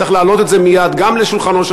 צריך להעלות את זה מייד גם לשולחנו של